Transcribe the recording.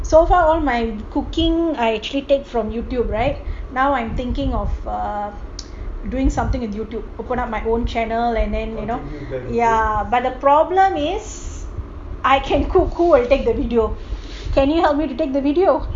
so far all my cooking I actually take from youtube right now I'm thinking of err doing something with youtube open up my own channel and then you know ya but the problem is I can cook who will take the video can you help me to take the video